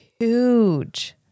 huge